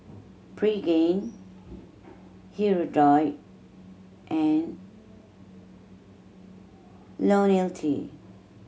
Pregain Hirudoid and Ionil T